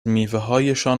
میوههایشان